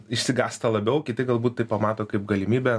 išsigąsta labiau kiti galbūt tai pamato kaip galimybę